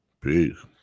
Peace